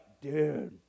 dude